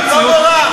לא נורא.